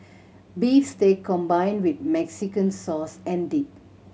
beef steak combined with Mexican sauce and dip